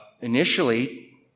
initially